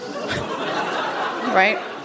Right